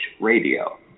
Radio